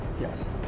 yes